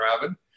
Robin